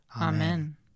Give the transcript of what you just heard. Amen